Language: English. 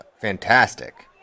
fantastic